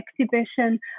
exhibition